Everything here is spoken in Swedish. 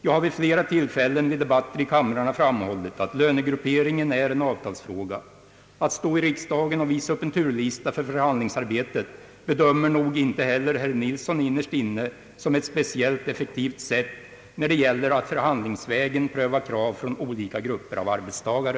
Jag har vid flera tillfällen vid debatter i kamrarna framhållit att lönegrupperingen är en avtalsfråga. Att stå i riksdagen och visa upp en turlista för förhandlingsarbetet bedömer nog inte heller herr Nilsson innerst inne som ett speciellt effektivt sätt när det gäller att förhandlingsvägen pröva krav från olika grupper arbetstagare.